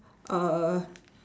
uhh